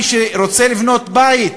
ואז, מי שרוצה לבנות בית